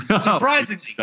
Surprisingly